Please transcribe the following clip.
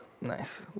Nice